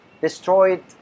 destroyed